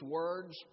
words